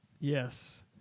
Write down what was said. Yes